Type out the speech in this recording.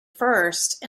first